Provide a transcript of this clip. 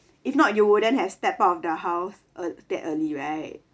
if not you wouldn't has stepped out of the house ear~ that early right